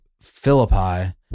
Philippi